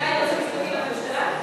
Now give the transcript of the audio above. היועץ המשפטי לממשלה?